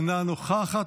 אינה נוכחת,